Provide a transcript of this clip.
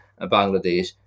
Bangladesh